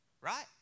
right